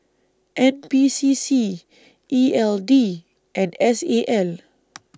N P C C E L D and S A L